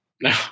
No